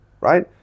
right